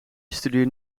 studeert